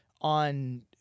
on